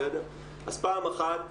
פעם אחת,